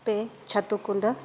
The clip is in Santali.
ᱯᱮ ᱪᱷᱟᱹᱛᱩ ᱜᱩᱸᱰᱟᱹ